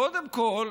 קודם כול,